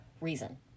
reason